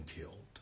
killed